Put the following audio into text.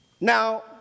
Now